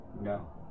no